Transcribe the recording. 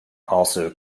also